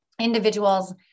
individuals